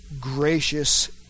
gracious